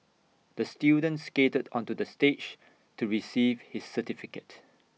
the student skated onto the stage to receive his certificate